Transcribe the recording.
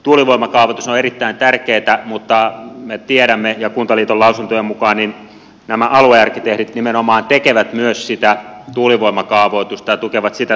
tuulivoimakaavoitus on erittäin tärkeätä mutta me tiedämme että ja kuntaliiton lausuntojen mukaan nämä aluearkkitehdit nimenomaan tekevät myös sitä tuulivoimakaavoitusta ja tukevat sitä toimintaa